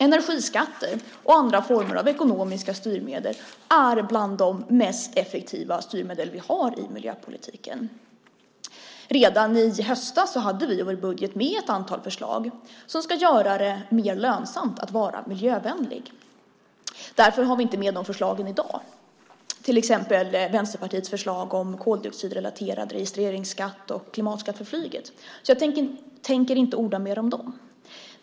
Energiskatter och andra former av ekonomiska styrmedel är bland de mest effektiva styrmedel vi har i miljöpolitiken. Redan i höstas hade vi i vår budget ett antal förslag som skulle göra det mer lönsamt att vara miljövänlig. Därför har vi inte med de förslagen i dag, till exempel Vänsterpartiets förslag om koldioxidrelaterad registreringsskatt och klimatskatt för flyget. Jag tänker inte orda mer om dem.